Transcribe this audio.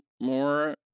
more